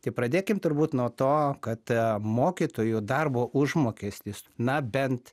tai pradėkim turbūt nuo to kad mokytojų darbo užmokestis na bent